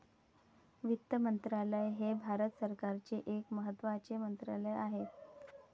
वित्त मंत्रालय हे भारत सरकारचे एक महत्त्वाचे मंत्रालय आहे